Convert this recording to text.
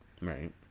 Right